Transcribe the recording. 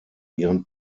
ihren